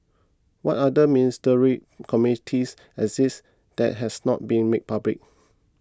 what other ministerial committees exist that has not been made public